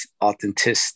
authentic